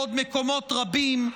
בעוד מקומות רבים.